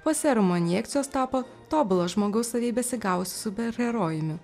po serumo injekcijos tapo tobulo žmogaus savybes įgavusiu superherojumi